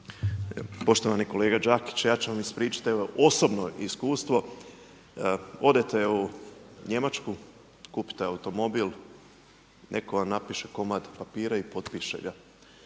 Poštovani kolega Đakić, ja ću vam ispričati evo osobno iskustvo. Odete u Njemačku, kupite automobil, netko vam napiše komad papira i potpiše ga.